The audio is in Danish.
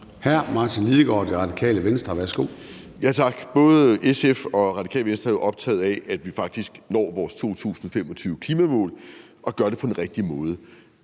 14:04 Martin Lidegaard (RV): Tak. Både SF og Radikale Venstre er jo optaget af, at vi faktisk når vores 2025-klimamål og gør det på den rigtige måde.